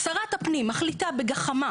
שרת הפנים מחליטה בגחמה,